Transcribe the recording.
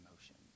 emotions